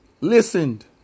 Listened